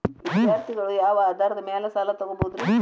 ವಿದ್ಯಾರ್ಥಿಗಳು ಯಾವ ಆಧಾರದ ಮ್ಯಾಲ ಸಾಲ ತಗೋಬೋದ್ರಿ?